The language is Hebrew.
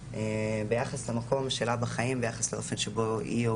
ביחס למקום שלה בחיים ולאופן שבו היא או